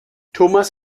thomas